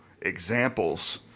examples